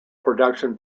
production